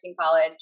college